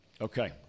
Okay